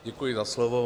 Děkuji za slovo.